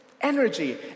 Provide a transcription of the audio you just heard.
energy